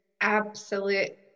absolute